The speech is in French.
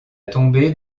tomber